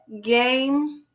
game